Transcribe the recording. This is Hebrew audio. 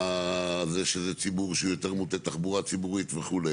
הזה שזה ציבור שהוא יותר מוטה תחבורה ציבורית וכו'.